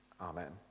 Amen